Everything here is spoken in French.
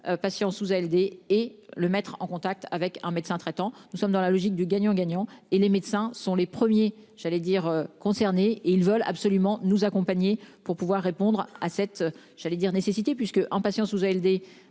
patient sous ALD et le mettre en contact avec un médecin traitant. Nous sommes dans la logique du gagnant-gagnant et les médecins sont les premiers j'allais dire concerné et ils veulent absolument nous accompagner pour pouvoir répondre à cette, j'allais dire nécessité puisque, en passant sous ALD